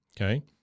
Okay